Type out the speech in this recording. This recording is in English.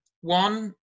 One